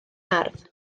ardd